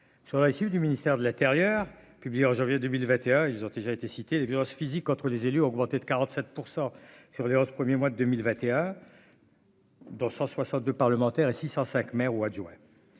sur les chiffres du ministère de l'Intérieur, publié en janvier 2021, ils ont déjà été cité des violences physiques entre les élus ont augmenté de 47 % sur les 11 premiers mois de 2021. Dont 162 parlementaires et 605 maires ou adjoints